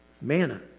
Manna